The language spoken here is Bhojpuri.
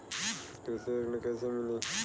कृषि ऋण कैसे मिली?